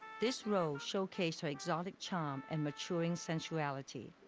this role showcased her exotic charm and maturing sensuality.